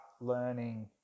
learning